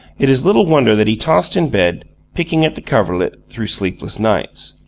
it is little wonder that he tossed in bed, picking at the coverlet, through sleepless nights,